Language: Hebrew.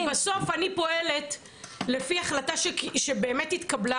כי בסוף אני פועלת לפי החלטה שבאמת התקבלה